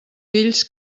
fills